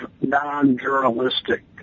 non-journalistic